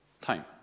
time